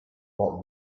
but